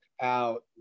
out